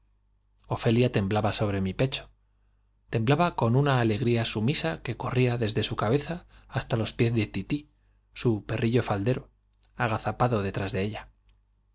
temblaba sobre mi pecho temblaba con una alegría sumisa que corría desde su cabeza hasta los pies de tití su pe rrillo faldero agazapado detrás de ella